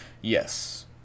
Yes